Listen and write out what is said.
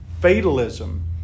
fatalism